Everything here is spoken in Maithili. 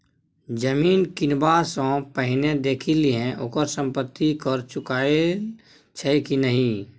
जमीन किनबा सँ पहिने देखि लिहें ओकर संपत्ति कर चुकायल छै कि नहि?